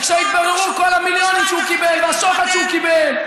כשהתבררו כל המיליונים שהוא קיבל והשוחד שהוא קיבל.